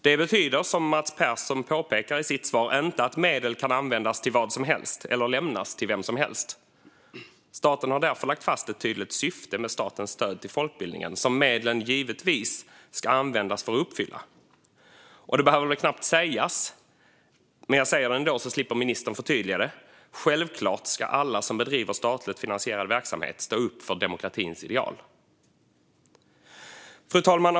Det betyder, som Mats Persson påpekade i sitt svar, inte att medel kan användas till vad som helst eller lämnas till vem som helst. Staten har därför lagt fast ett tydligt syfte med statens stöd till folkbildningen som medlen givetvis ska användas för att uppfylla. Detta behöver väl knappast sägas, men jag säger det ändå, så slipper ministern förtydliga det: Självklart ska alla som bedriver statligt finansierad verksamhet stå upp för demokratins ideal. Fru talman!